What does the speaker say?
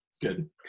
Good